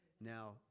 Now